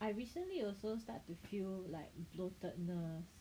I recently also start to feel like bloatedness